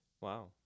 wow